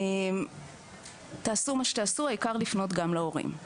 לכן תעשו מה שתעשו אבל העיקר זה לפנות גם להורים.